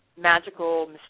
magical